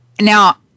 now